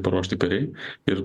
paruošti kariai ir